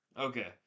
Okay